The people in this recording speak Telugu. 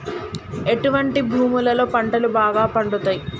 ఎటువంటి భూములలో పంటలు బాగా పండుతయ్?